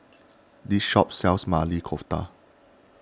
this shop sells Maili Kofta